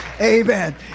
amen